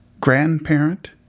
grandparent